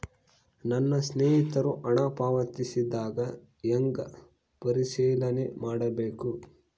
ನನ್ನ ಸ್ನೇಹಿತರು ಹಣ ಪಾವತಿಸಿದಾಗ ಹೆಂಗ ಪರಿಶೇಲನೆ ಮಾಡಬೇಕು?